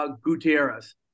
Gutierrez